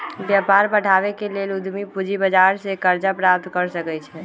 व्यापार बढ़ाबे के लेल उद्यमी पूजी बजार से करजा प्राप्त कर सकइ छै